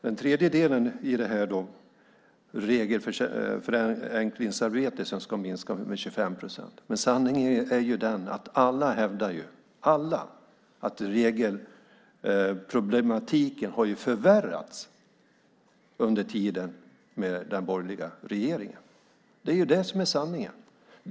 Den tredje delen i det här är det regelförenklingsarbete som ska minska med 25 procent. Men sanningen är ju den att alla hävdar - alla! - att regelproblematiken har förvärrats under tiden med den borgerliga regeringen. Det är ju det som är sanningen.